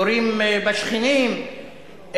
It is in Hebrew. יורים בשכנים,